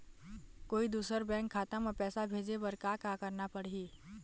कोई दूसर बैंक खाता म पैसा भेजे बर का का करना पड़ही?